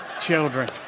children